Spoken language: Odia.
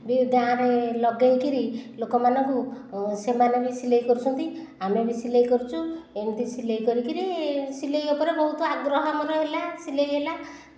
ବି ଗାଁରେ ଲଗେଇ କରି ଲୋକମାନଙ୍କୁ ସେମାନେ ବି ସିଲେଇ କରୁଛନ୍ତି ଆମେ ବି ସିଲେଇ କରୁଛୁ ଏମିତି ସିଲେଇ କରି କରି ସିଲେଇ ଉପରେ ବହୁତ ଆଗ୍ରହ ଆମର ହେଲା ସିଲେଇ ହେଲା